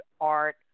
art